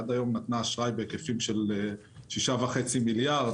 עד היום נתנה אשראי בהיקפים של 6.5 מיליארד,